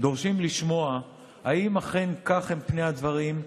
דורשים לשמוע אם אכן כך הם פני הדברים,